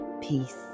Peace